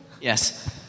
Yes